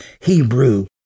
Hebrew